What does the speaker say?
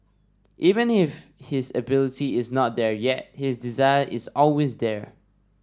even if his ability is not there yet his desire is always there